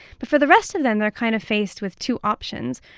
but for the rest of them, they're kind of faced with two options.